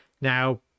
Now